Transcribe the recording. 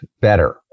better